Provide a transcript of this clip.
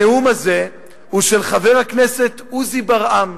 הנאום הזה הוא של חבר הכנסת עוזי ברעם,